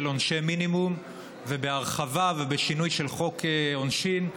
עונשי מינימום ובהרחבה ובשינוי של חוק עונשין.